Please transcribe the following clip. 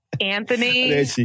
Anthony